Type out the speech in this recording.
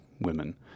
women